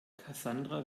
cassandra